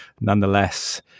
Nonetheless